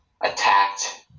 attacked